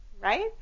Right